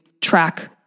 track